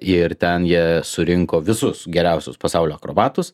ir ten jie surinko visus geriausius pasaulio akrobatus